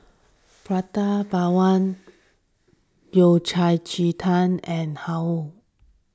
Prata Bawang Yao Cai Ji Tang and Har Kow